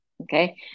okay